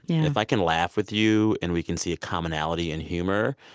if i can laugh with you and we can see a commonality in humor,